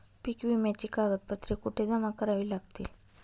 पीक विम्याची कागदपत्रे कुठे जमा करावी लागतील?